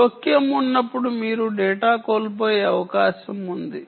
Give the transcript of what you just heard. జోక్యం ఉన్నప్పుడు మీరు డేటా కోల్పోయే అవకాశం ఉంది